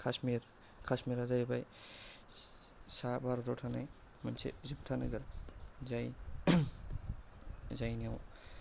काशमिर काशमिरा जाहैबाय सा भारताव थानाय मोनसे जोबथा नोगोर जाय जायनियाव